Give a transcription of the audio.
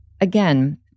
Again